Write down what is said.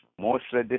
mostly